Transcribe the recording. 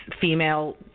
female